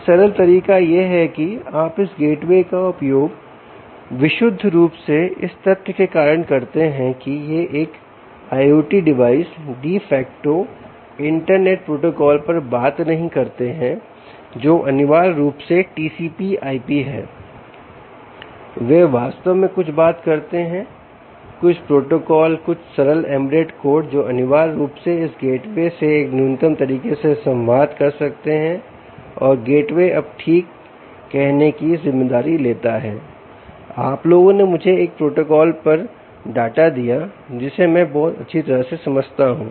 एक सरल तरीका यह है कि आप इस गेटवे का उपयोग विशुद्ध रूप से इस तथ्य के कारण करते हैं कि ये IoT device de facto internet protocol पर बात नहीं करते हैं जो अनिवार्य रूप से TCP IP है वे वास्तव में कुछ बात करते हैं कुछ प्रोटोकॉल कुछ सरल एम्बेडेड कोड जो अनिवार्य रूप से इस गेटवे से एक न्यूनतम तरीके से संवाद कर सकते हैं और गेट वे अब ठीक कहने की जिम्मेदारी लेता है आप लोगों ने मुझे एक प्रोटोकॉल पर डाटा दिया है जिसे मैं बहुत अच्छी तरह से समझता हूं